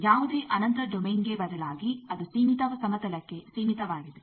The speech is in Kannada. ಯಾವುದೇ ಅನಂತ ಡೊಮೈನ್ಗೆ ಬದಲಾಗಿ ಅದು ಸೀಮಿತ ಸಮತಲಕ್ಕೆ ಸೀಮಿತವಾಗಿದೆ